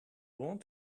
want